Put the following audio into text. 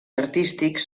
artístics